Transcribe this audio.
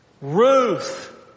Ruth